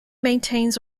maintains